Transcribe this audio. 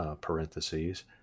parentheses